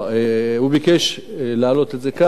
הוא ביקש להעלות את זה כאן.